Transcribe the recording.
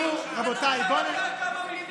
מועצה בעיריית ירושלים,